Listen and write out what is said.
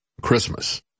Christmas